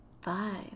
five